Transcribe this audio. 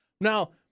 Now